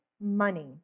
money